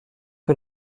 que